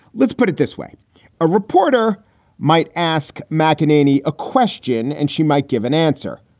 let's put it this way a reporter might ask mceneaney a question and she might give an answer.